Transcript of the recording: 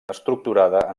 estructurada